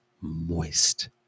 moist